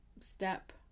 step